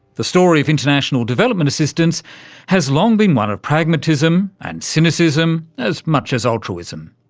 the story of international development assistance has long been one of pragmatism and cynicism, as much as altruism.